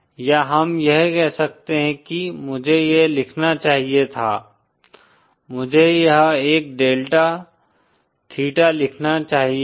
या हम यह कह सकते हैं कि मुझे यह लिखना चाहिए था मुझे यह एक डेल्टा थीटा लिखना चाहिए था